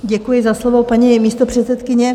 Děkuji za slovo, paní místopředsedkyně.